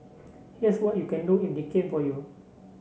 here's what you can do if they came for you